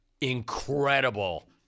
Incredible